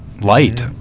light